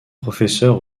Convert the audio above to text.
professeur